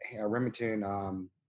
Remington